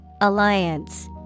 Alliance